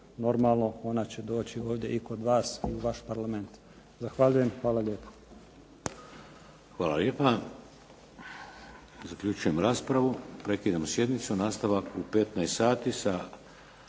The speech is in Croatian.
normalno ona će doći ovdje i kod vas u vaš parlament. Hvala lijepa.